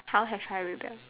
how have I rebelled